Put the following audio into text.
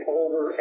over